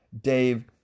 Dave